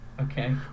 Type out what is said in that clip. Okay